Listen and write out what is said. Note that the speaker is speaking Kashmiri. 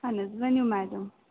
اَہَن حظ ؤنِو میڈم